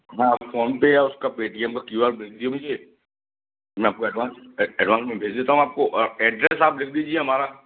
हाँ फ़ोनपे या उसका पेटीएम का क्यू आर भेज दीजिए मुझे मैं आपको एडवांस एडवांस मैं भेज देता हूँ आपको एड्रेस आप लिख लीजिए हमारा